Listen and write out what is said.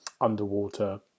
underwater